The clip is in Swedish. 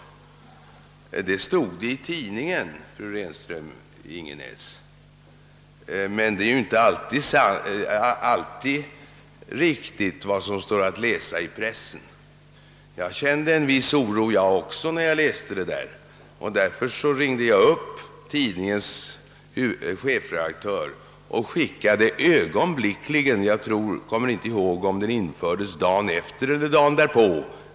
Detta stod alltså i tidningen, fru Renström-Ingenäs. Men vad som finns att läsa i pressen är ju inte alltid riktigt. Också jag kände emellertid en viss oro när jag läste denna artikel, och jag ringde därför upp tidningens chefredaktör och skickade även omedelbart in en otvetydig dementi på denna punkt.